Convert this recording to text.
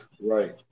Right